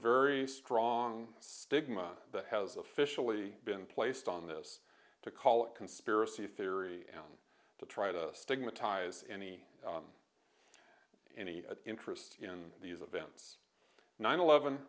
very strong stigma that has officially been placed on this to call it conspiracy theory and to try to stigmatize any any interest in these events nine eleven